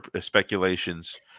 speculations